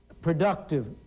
productive